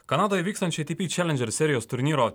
kanadoje vykstančio eitypy čelendžer